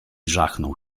żachnął